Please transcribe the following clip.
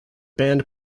band